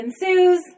ensues